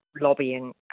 lobbying